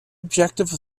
objective